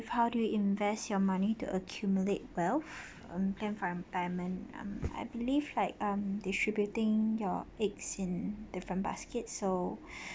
how do you invest your money to accumulate wealth um plan for retirement um I believe like um distributing your eggs in different baskets so